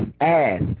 ass